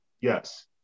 yes